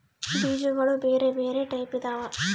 ಬೀಜಗುಳ ಬೆರೆ ಬೆರೆ ಟೈಪಿದವ